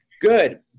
Good